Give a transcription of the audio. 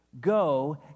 go